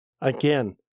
Again